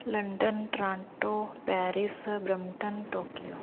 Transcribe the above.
London Toronto Paris Brampton Tokyo